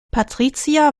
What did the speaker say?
patricia